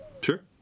sure